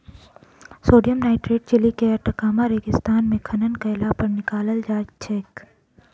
sodium nitrate Chile के Atacama रेगिस्तान मे खनन कयलापर निकालल जाइत छै